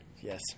Yes